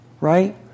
Right